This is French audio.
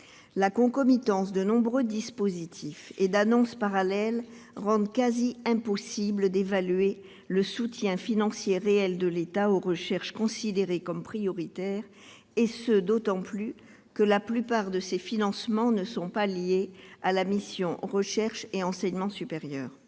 La concomitance de nombreux dispositifs et d'annonces parallèles fait qu'il est quasiment impossible d'évaluer le soutien financier réel de l'État aux recherches considérées comme prioritaires, et ce d'autant plus que la plupart de ces financements ne sont pas liés à la mission « Recherche et enseignement supérieur